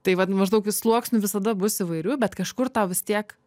tai vat maždaug sluoksnių visada bus įvairių bet kažkur tau vis tiek